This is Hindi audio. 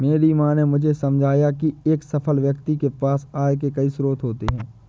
मेरी माँ ने मुझे समझाया की एक सफल व्यक्ति के पास आय के कई स्रोत होते हैं